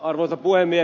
arvoisa puhemies